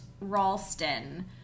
Ralston